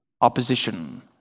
opposition